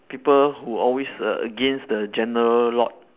people who always against the general lot